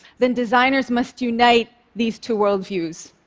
then designers must unite these two worldviews.